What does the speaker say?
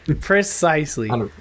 Precisely